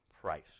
price